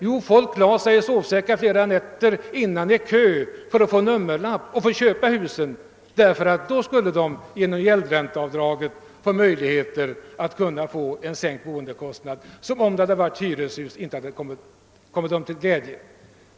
Jo, folk lade sig i sovsäckar flera nätter för att hålla sin plats i kön och få en nummerlapp som berättigade dem att köpa ett hus. Genom gäldränteavdraget uppstår i dessa hus en minskning av boendekostnaden som i ett hyreshus inte skulle ha kommit de boende till del.